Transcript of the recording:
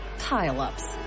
Pile-ups